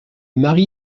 mari